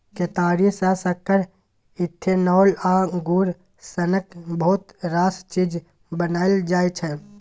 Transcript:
केतारी सँ सक्कर, इथेनॉल आ गुड़ सनक बहुत रास चीज बनाएल जाइ छै